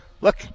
look